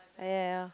ya